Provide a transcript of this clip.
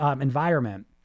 environment